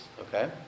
okay